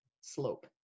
slope